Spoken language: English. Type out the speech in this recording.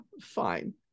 fine